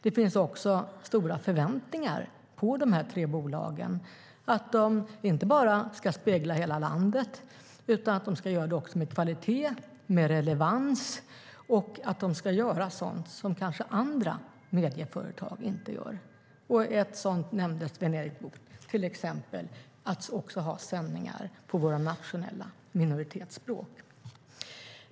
Det finns också stora förväntningar på de tre bolagen att de inte bara ska spegla hela landet utan även göra det med kvalitet och relevans samt göra sådant som andra medieföretag kanske inte gör. En sådan sak nämnde Sven-Erik Bucht, nämligen att ha sändningar också på våra nationella minoritetsspråk.